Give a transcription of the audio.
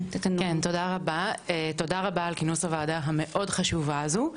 כן, תודה רבה על כינוס הוועדה המאוד חשובה הזו.